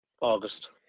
August